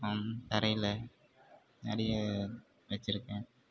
தரையில் நிறைய வச்சுருக்கேன்